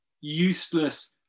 useless